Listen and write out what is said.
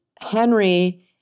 Henry